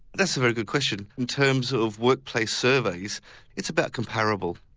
that's a very good question. in terms of workplace surveys it's about comparable.